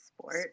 sport